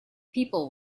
people